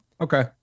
Okay